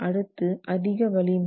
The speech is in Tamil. அடுத்து அதிக வலிமை